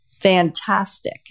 fantastic